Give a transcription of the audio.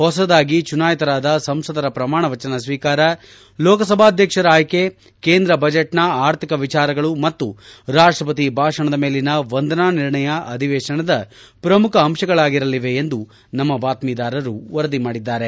ಹೊಸದಾಗಿ ಚುನಾಯಿತರಾದ ಸಂಸದರ ಪ್ರಮಾಣ ಮಚನ ಸ್ವೀಕಾರ ಲೋಕಸಭಾಧ್ಯಕ್ಷರ ಆಯ್ಲೆ ಕೇಂದ್ರ ಬಜೆಟ್ನ ಆರ್ಥಿಕ ವಿಚಾರಗಳು ಮತ್ತು ರಾಷ್ಷಪತಿ ಭಾಷಣದ ಮೇಲಿನ ವಂದನಾ ನಿರ್ಣಯ ಅಧಿವೇಶನದ ಪ್ರಮುಖ ಅಂಶಗಳಾಗಿರಲಿವೆ ಎಂದು ನಮ್ನ ಬಾತ್ನೀದಾರರು ವರದಿ ಮಾಡಿದ್ದಾರೆ